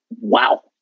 Wow